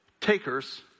takers